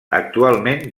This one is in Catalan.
actualment